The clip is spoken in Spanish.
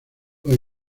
los